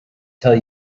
tell